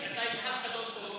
סמי, אתה התחלת לא טוב.